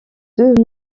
deux